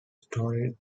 storied